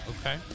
okay